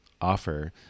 offer